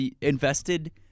invested